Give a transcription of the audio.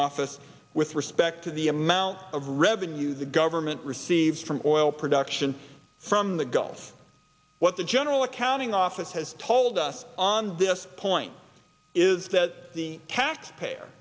office with respect to the amount of revenue the government receives from oil production from the gulf what the general accounting office has told us on this point is that the taxpayer